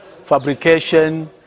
fabrication